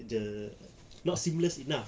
the not seamless enough